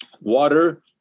water